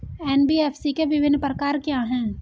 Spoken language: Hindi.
एन.बी.एफ.सी के विभिन्न प्रकार क्या हैं?